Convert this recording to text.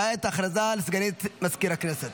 כעת הודעה לסגנית מזכיר הכנסת.